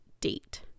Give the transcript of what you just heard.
date